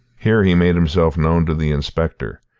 here he made himself known to the inspector,